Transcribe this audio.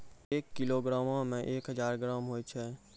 एक किलोग्रामो मे एक हजार ग्राम होय छै